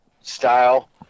style